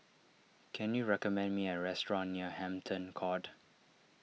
can you recommend me a restaurant near Hampton Court